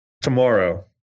Tomorrow